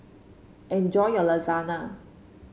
enjoy your Lasagna